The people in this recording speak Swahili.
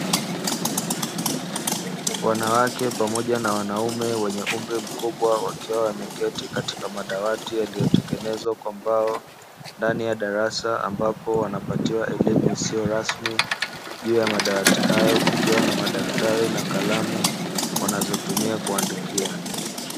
Wanawake pamoja na wanaume wenye umri mkubwa, wakiwa wameketi katika madawati yaliyotengenezwa kwa mbao ndani ya darasa, ambapo wanapatiwa elimu isiyo rasmi, juu ya madawati hayo kukiwa na madaftari na kalamu wanazotumia kuandikia.